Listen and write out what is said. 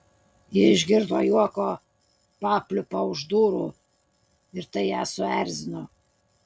ji išgirdo juoko papliūpą už durų ir tai ją suerzino